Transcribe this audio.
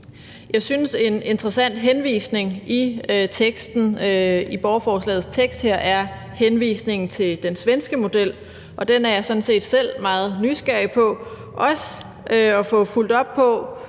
Jeg synes, at en interessant henvisning i borgerforslagets tekst er henvisningen til den svenske model. Den er jeg sådan set selv meget nysgerrig på – også efter at få fulgt op på,